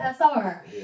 SR